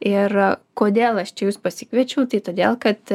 ir a kodėl aš čia jus pasikviečiau tai todėl kad